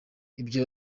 ibyo